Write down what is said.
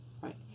Right